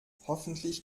hoffentlich